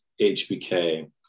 HBK